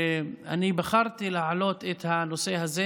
אני בחרתי להעלות את הנושא הזה